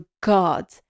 God